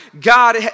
God